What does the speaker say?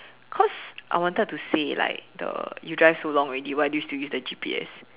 cause I wanted to say like the you drive so long already why do you still use the G_P_S